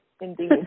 Indeed